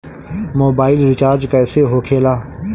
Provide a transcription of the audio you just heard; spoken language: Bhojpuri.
मोबाइल रिचार्ज कैसे होखे ला?